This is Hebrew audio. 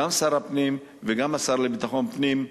גם שר הפנים וגם השר לביטחון פנים.